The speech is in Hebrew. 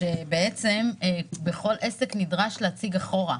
שבעצם כל עסק נדרש להציג אחורה.